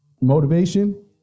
Motivation